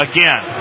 Again